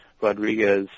Rodriguez